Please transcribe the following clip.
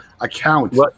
account